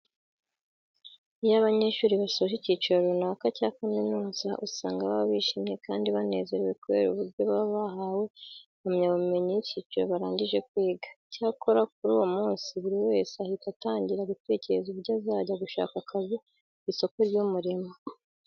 Iyo abanyeshuri basoje ikiciro runaka cya kaminuza usanga baba bishimye kandi banezerewe kubera uburyo baba bahawe impamyabumenyi y'icyiciro baragije kwiga. Icyakora kuri uwo munsi buri wese ahita atangira gutekereza uburyo azajya gushaka akazi ku isoko ry'umurimo.